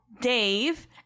Dave